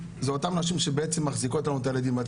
אלו אותן נשים שבעצם מחזיקות לנו את הילדים.